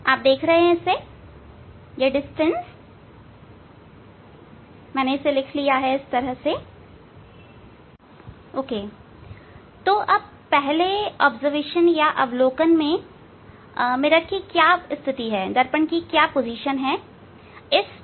आप देखते हैं पहले अवलोकन में दर्पण की स्थिति क्या है